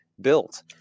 built